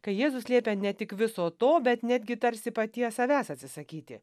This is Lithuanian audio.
kai jėzus liepia ne tik viso to bet netgi tarsi paties savęs atsisakyti